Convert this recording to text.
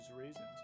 reasons